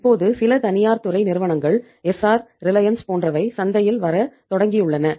இப்போது சில தனியார் துறை நிறுவனங்கள் எஸ்சார் போன்றவை சந்தையில் வரத் தொடங்கியுள்ளன